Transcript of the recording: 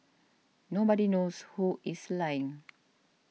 nobody knows who is lying